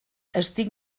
estic